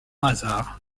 hasard